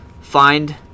Find